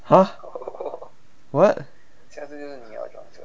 !huh! what